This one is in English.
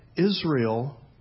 Israel